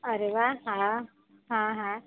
અરે વાહ હા હા હા